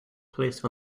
placed